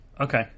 Okay